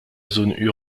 zone